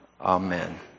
Amen